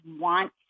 want